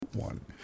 One